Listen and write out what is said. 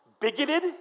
bigoted